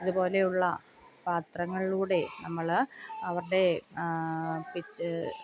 ഇത് പോലെയുള്ള പത്രങ്ങളിലൂടെ നമ്മൾ അവരുടെ പിക്ച